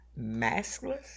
maskless